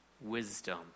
wisdom